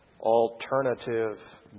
Alternative